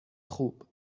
خوب